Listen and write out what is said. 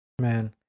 Man